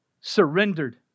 surrendered